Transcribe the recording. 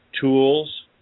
tools